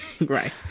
Right